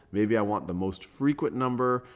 maybe i want the most frequent number.